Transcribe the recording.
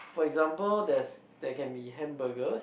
for example there's there can be hamburgers